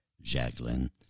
Jacqueline